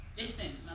Listen